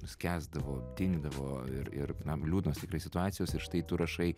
skęsdavo dingdavo ir ir na liūdnos tikrai situacijos ir štai tu rašai